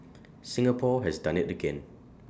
Singapore has done IT again